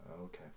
Okay